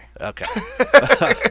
Okay